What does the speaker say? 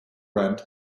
rent